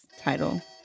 title